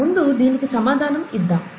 ముందు దీనికి సమాధానం ఇద్దాము